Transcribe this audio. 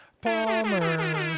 Palmer